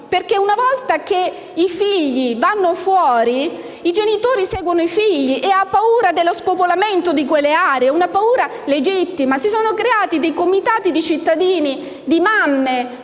perché, se i figli vanno fuori, i genitori seguono i figli. Egli ha dunque paura dello spopolamento di quelle aree, una paura legittima. Si sono creati dei comitati di cittadini, di mamme,